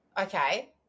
Okay